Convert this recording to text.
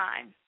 time